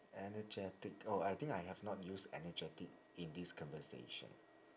energetic oh I think I have not used energetic in this conversation